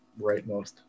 rightmost